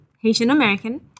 Haitian-American